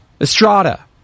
Estrada